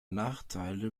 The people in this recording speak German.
nachteile